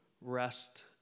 rest